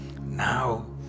Now